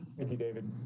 and he david